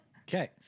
Okay